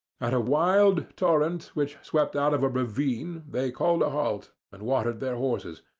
at a wild torrent which swept out of a ravine they called a halt and watered their horses,